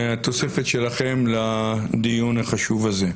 התוספת שלכם לדיון החשוב הזה.